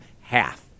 half